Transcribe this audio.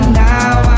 now